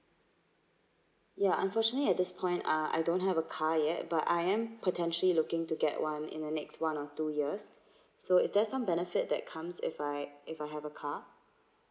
ya unfortunately at this point ah I don't have a car yet but I am potentially looking to get one in the next one or two years so is there some benefit that comes if I if I have a car